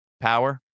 power